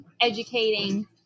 educating